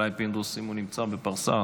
אולי אם פינדרוס נמצא בפרסה,